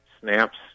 snaps